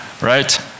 Right